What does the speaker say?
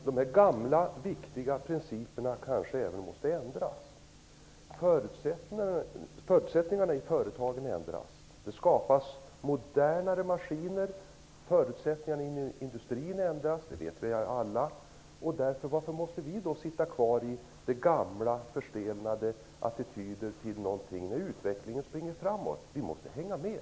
Herr talman! Kanske måste även av hävd viktiga principer ändras. Förutsättningarna i företagen ändras. Det skapas modernare maskiner, och vi vet alla att förutsättningarna inom industrin ändras. Varför måste vi sitta kvar i gamla och förstelnade attityder, när utvecklingen går framåt? Vi måste hänga med.